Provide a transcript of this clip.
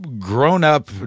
Grown-up